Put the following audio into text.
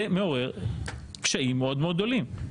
זה מעורר קשיים מאוד מאוד גדולים.